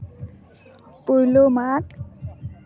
ᱯᱳᱭᱞᱩ ᱢᱟᱜᱽ